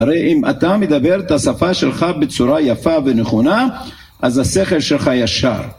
הרי אם אתה מדבר את השפה שלך בצורה יפה ונכונה, אז השכל שלך ישר.